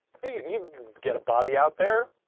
so you you get a body out there,